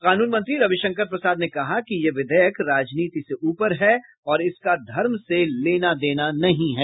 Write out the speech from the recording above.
कानून मंत्री रविशंकर प्रसाद ने कहा कि यह विधेयक राजनीति से ऊपर है और इसका धर्म से लेना देना नहीं है